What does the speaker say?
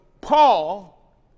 Paul